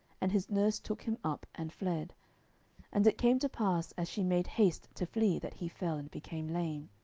and his nurse took him up, and fled and it came to pass, as she made haste to flee, that he fell, and became lame.